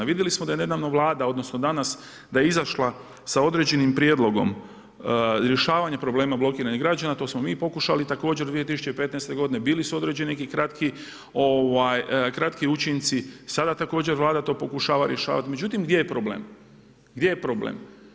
Vidjeli smo da je nedavno vlada, odnosno, danas da je izašla sa određenim prijedlogom rješavanje problema blokiranih građana, to smo mi pokušali također 2015. g. bili su određeni i kratki učinci, sada također Vlada to pokušava rješavati, međutim, gdje je problem.